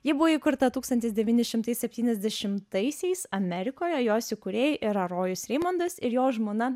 ji buvo įkurta tūkstantis devyni šimtai septyniasdešimtaisiais amerikoje jos įkūrėjai yra rojus reimondas ir jo žmona